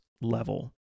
level